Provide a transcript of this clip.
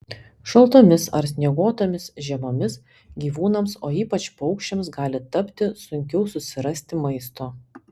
šaltomis ar snieguotomis žiemomis gyvūnams o ypač paukščiams gali tapti sunkiau susirasti maisto